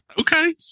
Okay